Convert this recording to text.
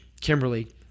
Kimberly